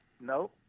no